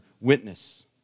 witness